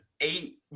eight